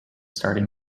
starting